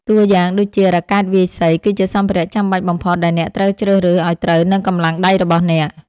តួយ៉ាងដូចជា រ៉ាកែតវាយសី គឺជាសម្ភារៈចាំបាច់បំផុតដែលអ្នកត្រូវជ្រើសរើសឱ្យត្រូវនឹងកម្លាំងដៃរបស់អ្នក។